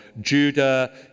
Judah